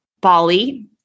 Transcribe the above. Bali